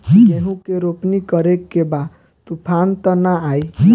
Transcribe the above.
गेहूं के रोपनी करे के बा तूफान त ना आई न?